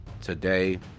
today